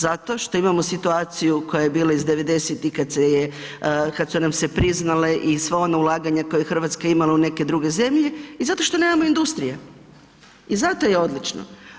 Zato što imamo situaciju koja je bila iz '90.-tih kad se je, kad su nam se priznala i sva ona ulaganja koja je Hrvatska imala u neke druge zemlje i zato što nemamo industrije i zato je odlično.